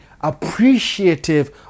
appreciative